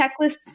checklists